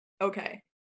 okay